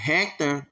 Hector